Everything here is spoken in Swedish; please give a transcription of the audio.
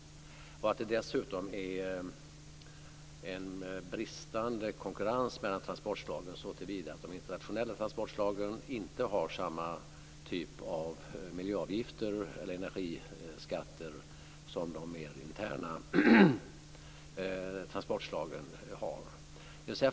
Det är dessutom en bristande konkurrens mellan transportslagen såtillvida att de internationella transportslagen inte har samma typ av miljöavgifter eller energiskatter som de mer interna transportslagen har.